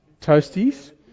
toasties